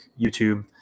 YouTube